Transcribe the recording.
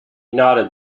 nodded